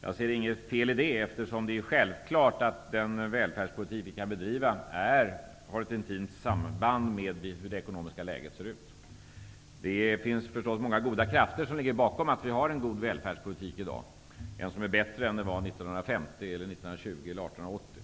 Jag ser inget fel i det, eftersom det är självklart att den välfärdspolitik som vi kan bedriva har ett intimt samband med hur det ekonomiska läget ser ut. Många goda krafter ligger förstås bakom att vi har en god välfärdspolitik i dag -- en välfärdspolitik som är bättre än den var 1950, 1920 eller 1880.